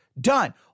done